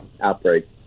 outbreak